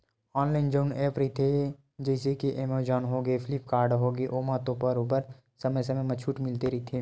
online जउन app रहिथे जइसे के एमेजॉन होगे, फ्लिपकार्ट होगे ओमा तो बरोबर समे समे म छूट मिलते रहिथे